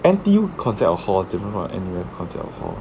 N_T_U concept of hall different from N_U_S concept of hall